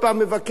מבקש,